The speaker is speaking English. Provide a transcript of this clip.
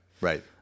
right